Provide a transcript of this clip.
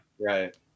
right